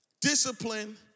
Discipline